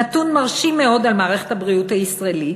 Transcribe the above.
נתון מרשים מאוד במערכת הבריאות הישראלית,